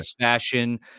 fashion